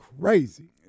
crazy